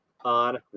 on